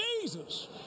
Jesus